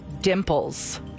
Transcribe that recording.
dimples